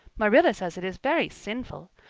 marilla says it is very sinful.